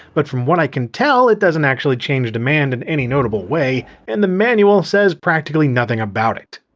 but from what i can tell it doesn't actually change demand in any notable way and the manual says practically nothing about it.